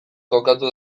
kokatu